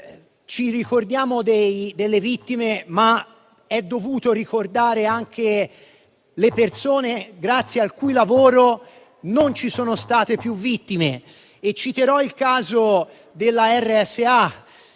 ci ricordiamo delle vittime, ma è doveroso ricordare anche le persone grazie al cui lavoro non ci sono state più vittime e citerò il caso della RSA